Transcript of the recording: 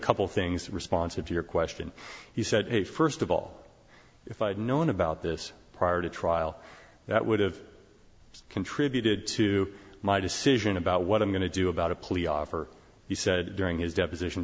couple things responsive to your question he said he first of all if i had known about this prior to trial that would have contributed to my decision about what i'm going to do about a plea offer he said during his deposition